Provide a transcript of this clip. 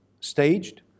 staged